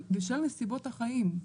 בשל נסיבות החיים,